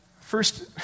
first